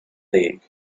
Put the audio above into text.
league